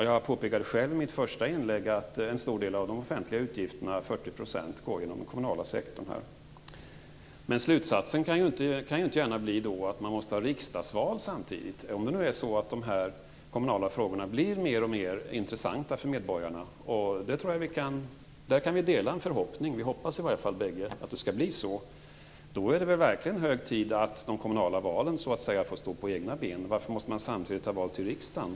Själv påpekade jag i mitt första inlägg att en stor del av de offentliga utgifterna, 40 %, går via den kommunala sektorn. Slutsatsen kan då inte gärna bli att man samtidigt måste ha riksdagsval. Om nu de kommunala frågorna blir allt intressantare för medborgarna - i varje fall hoppas vi ju bägge att det skall bli så - är det väl verkligen hög tid att de kommunala valen så att säga får stå på egna ben. Varför måste man samtidigt ha val till riksdagen?